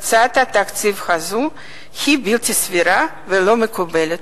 הצעת התקציב הזאת היא בלתי סבירה ולא מקובלת.